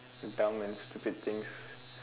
dumb and stupid things